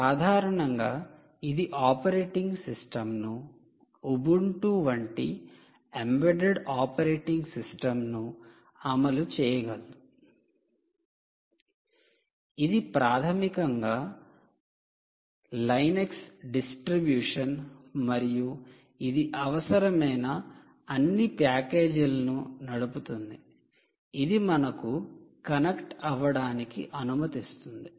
సాధారణంగా ఇది ఆపరేటింగ్ సిస్టమ్ను ఉబుంటు వంటి ఎంబెడెడ్ ఆపరేటింగ్ సిస్టమ్ను అమలు చేయగలదు ఇది ప్రాథమికంగా లైనక్స్ డిస్ట్రిబ్యూషన్ మరియు ఇది అవసరమైన అన్ని ప్యాకేజీలను నడుపుతుంది ఇది మనకు కనెక్ట్ అవ్వడానికి అనుమతిస్తుంది